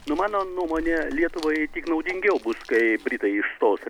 nu mano nuomone lietuvai tik naudingiau bus kai britai išstos rei